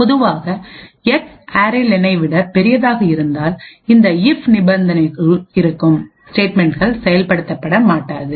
பொதுவாக x array லெனைarray len விட பெரிதாக இருப்பதால் இந்த இப் நிபந்தனைகளுக்குள் இருக்கும் ஸ்டேட்மென்ட்ங்கள் செயல்படுத்த படமாட்டாது